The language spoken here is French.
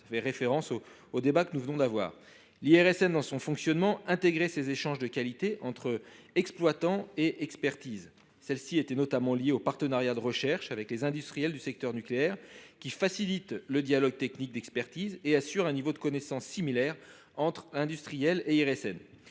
Je fais référence au débat que nous venons d’avoir… L’IRSN dans son fonctionnement intégrait ces échanges de qualité entre exploitant et expertise. Celle ci était notamment liée aux partenariats de recherche avec les industriels du secteur nucléaire, qui facilitent le dialogue technique d’expertise et assurent un niveau de connaissances similaire entre industriels et IRSN.